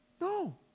No